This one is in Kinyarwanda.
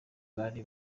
bari